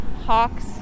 Hawk's